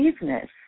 business